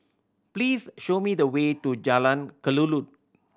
please show me the way to Jalan Kelulut